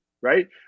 right